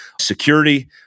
security